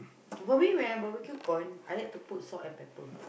probably when I barbecue corn I like to put salt and pepper